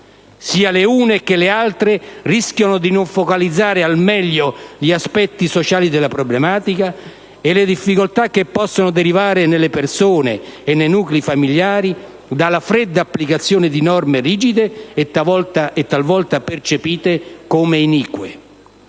Sia le une che le altre rischiano di non focalizzare al meglio gli aspetti sociali della problematica e le difficoltà che possono derivare, nelle persone e nei nuclei familiari, dalla fredda applicazione di norme rigide e talvolta percepite come inique.